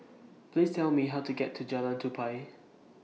Please Tell Me How to get to Jalan Tupai